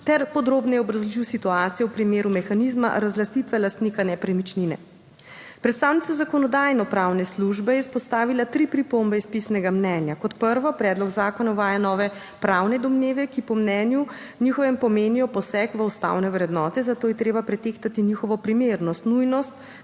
ter podrobneje obrazložil situacijo v primeru mehanizma razlastitve lastnika nepremičnine. Predstavnica Zakonodajno-pravne službe je izpostavila tri pripombe iz pisnega mnenja. Kot prvo, predlog zakona uvaja nove pravne domneve, ki po mnenju njihovem pomenijo poseg v ustavne vrednote, zato je treba pretehtati njihovo primernost, nujnost,